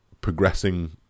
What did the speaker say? progressing